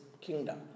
kingdom